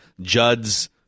Judd's